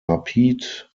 rapid